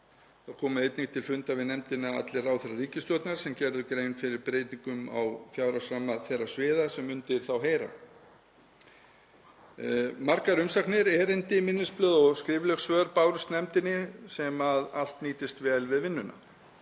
Þá komu einnig til fundar við nefndina allir ráðherrar ríkisstjórnarinnar sem gerðu grein fyrir breytingum á fjárhagsramma þeirra sviða sem undir þá heyra. Margar umsagnir, erindi, minnisblöð og skrifleg svör bárust nefndinni sem allt nýtist vel við vinnuna.